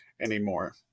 anymore